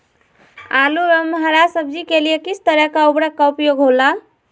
आलू एवं हरा सब्जी के लिए किस तरह का उर्वरक का उपयोग होला?